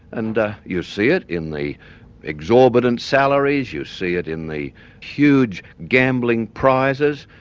and you see it in the exorbitant salaries, you see it in the huge gambling prizes,